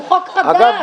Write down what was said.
הוא חוק חדש.